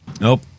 nope